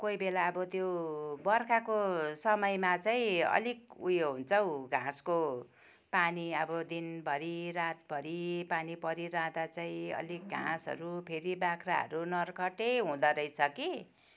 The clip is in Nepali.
कोही बेला अब त्यो बर्खाको समयमा चाहिँ अलिक उयो हुन्छौ घाँसको पानी अब दिनभरि रातभरि पानी परिरहदा चाहिँ अलिक घाँसहरू फेरि बाख्राहरू नर्खटे हुँदरहेछ कि